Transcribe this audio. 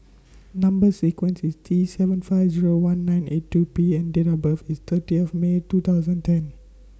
Number sequence IS T seven five Zero one nine eight two P and Date of birth IS thirty of May two thousand and ten